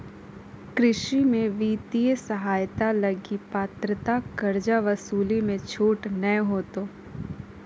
कृषि में वित्तीय सहायता लगी पात्रता कर्जा वसूली मे छूट नय होतो